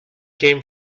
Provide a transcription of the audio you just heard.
came